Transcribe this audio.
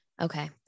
Okay